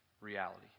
reality